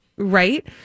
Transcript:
Right